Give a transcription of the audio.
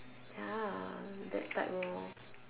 ya that type lor